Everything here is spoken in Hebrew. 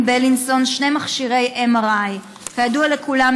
בילינסון שני מכשירי MRI. כידוע לכולם,